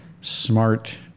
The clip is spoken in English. smart